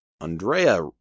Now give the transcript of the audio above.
Andrea